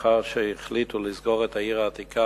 מאחר שהחליטו לסגור את העיר העתיקה